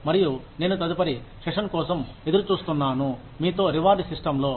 మరియు నేను తదుపరి సెషన్ కోసం ఎదురు చూస్తున్నాను మీతో రివార్డ్ సిస్టంలో